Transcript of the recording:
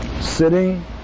sitting